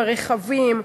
ברכבים,